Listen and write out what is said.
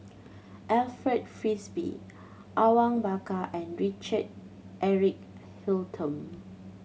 Alfred Frisby Awang Bakar and Richard Eric Holttum